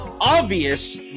obvious